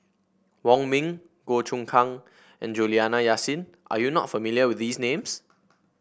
Wong Ming Goh Choon Kang and Juliana Yasin are you not familiar with these names